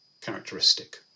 characteristic